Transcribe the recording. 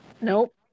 Nope